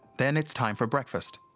then it's time for breakfast.